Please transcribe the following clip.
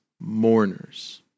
mourners